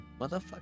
Motherfucker